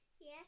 Yes